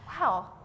Wow